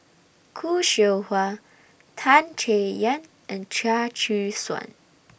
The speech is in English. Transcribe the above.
Khoo Seow Hwa Tan Chay Yan and Chia Choo Suan